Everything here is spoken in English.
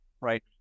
Right